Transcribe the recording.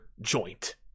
joint